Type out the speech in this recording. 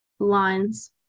lines